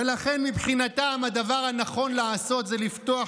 ולכן מבחינתם הדבר הנכון לעשות זה לפתוח